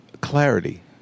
clarity